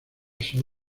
son